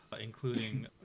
including